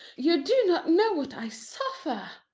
you do not know what i suffer.